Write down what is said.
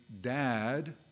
dad